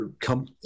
come